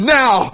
now